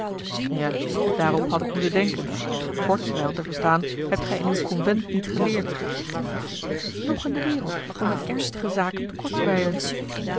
ja daarop had ik moeten denken kortswijl te verstaan hebt gij in uw convent niet geleerd noch in de wereld om met ernstige zaken te